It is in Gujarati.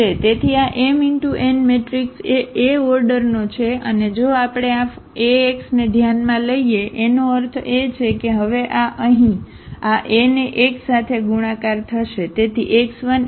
તેથી આ m × n મેટ્રિક્સ એ A ઓર્ડરનો છે અને જો આપણે આ Ax ને ધ્યાનમાં લઈએ એનો અર્થ એ કે હવે આ અહીં આ A ને x સાથે ગુણાકાર થશે